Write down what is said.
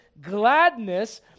gladness